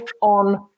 on